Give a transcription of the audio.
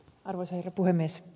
arvoisa herra puhemies